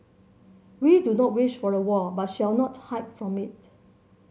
we do not wish for a war but shall not hide from it